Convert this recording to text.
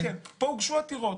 פה הוגשו עתירות,